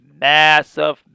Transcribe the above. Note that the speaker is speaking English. massive